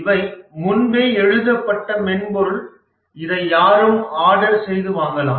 இவை முன்பே எழுதப்பட்ட மென்பொருள் இதை யாரும் ஆர்டர் செய்து வாங்கலாம்